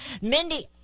Mindy